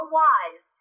wise